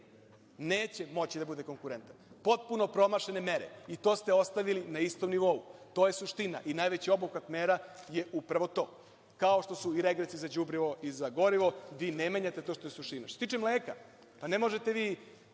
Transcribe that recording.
Neće moći da bude konkurentan. Potpuno promašene mere. To ste ostavili na istom nivou. To je suština i najveći obuhvat mera je upravo to, kao što su i regresi za đubrivo i za gorivo. Vi ne menjate to što je suština. Što se tiče mleka, ne možete vi